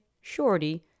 shorty